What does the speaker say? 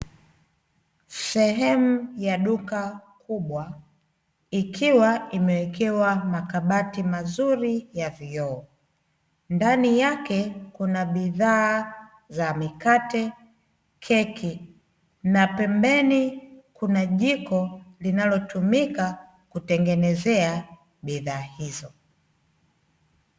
Sehemu ya duka kubwa, ikiwa imewekewa makabati mazuri ya vioo. Ndani yake kuna bidhaa za mikate na keki, na pembeni kuna jiko linalotumika kutengenezea bidhaa hizo.